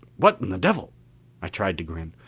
what in the devil i tried to grin.